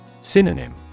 Synonym